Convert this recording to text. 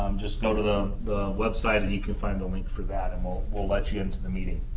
um just go to the the website, and you can find the link for that, and we'll we'll let you into the meeting.